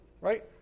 Right